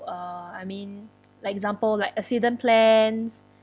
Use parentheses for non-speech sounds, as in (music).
uh I mean (noise) like example like accident plans